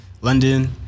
London